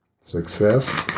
success